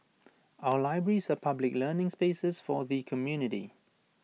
our libraries are public learning spaces for the community